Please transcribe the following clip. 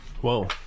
Whoa